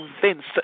convinced